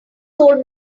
told